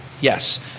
yes